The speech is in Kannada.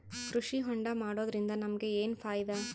ಕೃಷಿ ಹೋಂಡಾ ಮಾಡೋದ್ರಿಂದ ನಮಗ ಏನ್ ಫಾಯಿದಾ?